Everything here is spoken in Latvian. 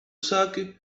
saki